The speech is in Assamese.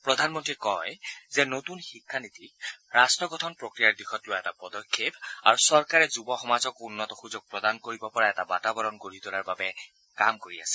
প্ৰধানমন্ত্ৰীয়ে কয় যে নতুন শিক্ষা নীতি ৰাষ্ট গঠন প্ৰক্ৰিয়াৰ দিশত লোৱা এটা পদক্ষেপ আৰু চৰকাৰে যুৱ সমাজক উন্নত সুযোগ প্ৰদান কৰিব পৰা এটা বাতাবৰণ গঢ়ি তোলাৰ বাবে কাম কৰি আছে